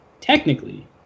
technically